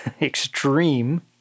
extreme